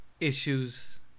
issues